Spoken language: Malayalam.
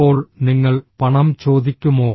ഇപ്പോൾ നിങ്ങൾ പണം ചോദിക്കുമോ